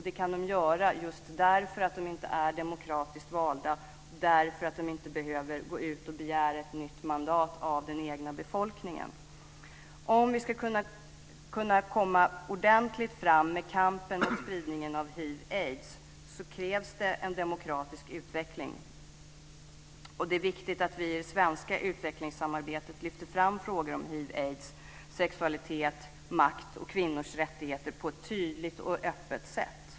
Det kan de göra just därför att de inte är demokratiskt valda och inte behöver gå ut och begära ett nytt mandat av den egna befolkningen. Om vi ska kunna komma ordentligt fram med kampen mot spridningen av hiv aids, sexualitet, makt och kvinnors rättigheter på ett tydligt och öppet sätt.